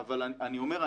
אבל אני אומר,